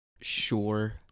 Sure